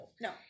no